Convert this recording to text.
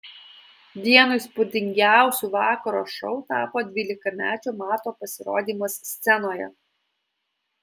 vienu įspūdingiausių vakaro šou tapo dvylikamečio mato pasirodymas scenoje